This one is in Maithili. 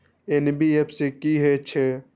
एन.बी.एफ.सी की हे छे?